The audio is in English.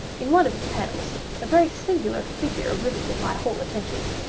in one of its panels a very singular figure riveted my whole attention.